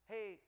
Hey